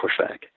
pushback